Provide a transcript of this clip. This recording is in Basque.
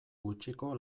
gutxiko